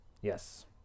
Yes